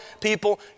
people